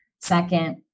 Second